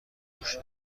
موشه